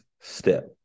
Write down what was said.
step